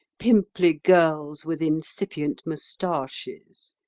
pimply girls with incipient moustaches?